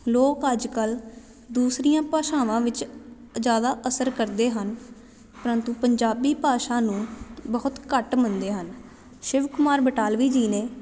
ਲੋਕ ਅੱਜ ਕੱਲ੍ਹ ਦੂਸਰੀਆਂ ਭਾਸ਼ਾਵਾਂ ਵਿੱਚ ਜ਼ਿਆਦਾ ਅਸਰ ਕਰਦੇ ਹਨ ਪਰੰਤੂ ਪੰਜਾਬੀ ਭਾਸ਼ਾ ਨੂੰ ਬਹੁਤ ਘੱਟ ਮੰਨਦੇ ਹਨ ਸ਼ਿਵ ਕੁਮਾਰ ਬਟਾਲਵੀ ਜੀ ਨੇ